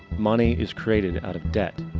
money is created out of debt.